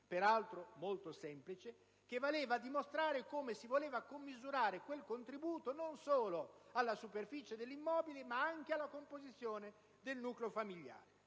peraltro molto semplice, che valeva a dimostrare come si voleva commisurare quel contributo non solo alla superficie dell'immobile, ma anche alla composizione del nucleo familiare.